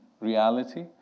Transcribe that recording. reality